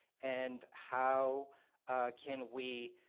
and how can we,